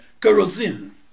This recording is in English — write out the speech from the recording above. kerosene